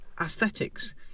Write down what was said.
Aesthetics